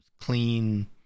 clean